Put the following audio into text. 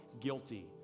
guilty